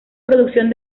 producción